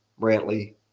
Brantley